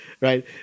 Right